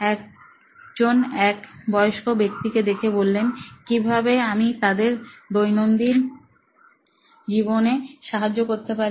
একজন বয়স্ক ব্যক্তি কে দেখে বললেন কিভাবে আমি তাদের দৈনন্দিন জীবনে সাহায্য করতে পারি